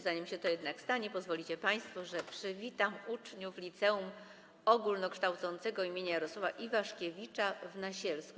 Zanim to jednak się stanie, pozwolicie państwo, że przywitam uczniów Liceum Ogólnokształcącego im. Jarosława Iwaszkiewicza w Nasielsku.